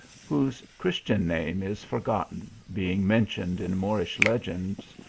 whose christian name is forgotten, being mentioned in moorish legends,